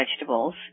vegetables